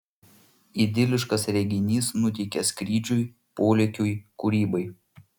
idiliškas reginys nuteikia skrydžiui polėkiui kūrybai